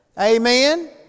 Amen